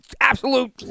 Absolute